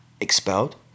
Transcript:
expelled